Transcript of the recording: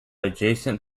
adjacent